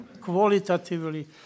qualitatively